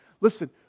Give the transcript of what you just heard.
Listen